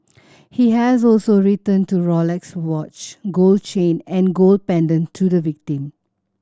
he has also returned to Rolex watch gold chain and gold pendant to the victim